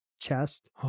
chest